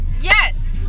Yes